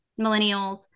millennials